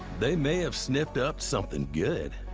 they may have sniffed up something good.